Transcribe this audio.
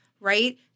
right